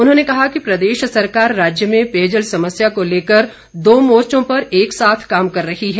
उन्होंने कहा कि प्रदेश सरकार राज्य में पेयजल समस्या को लेकर दो मोर्चो पर एक साथ काम कर रही है